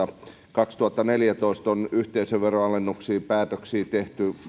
kaksituhattaneljätoista on yhteisöveron alennuksien päätöksiä tehty